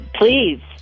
Please